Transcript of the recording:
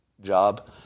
job